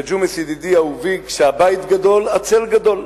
וג'ומס, ידידי, אהובי, כשהבית גדול, הצל גדול,